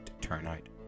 turnout